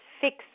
fix